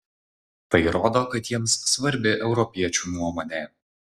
tai rodo kad jiems svarbi europiečių nuomonė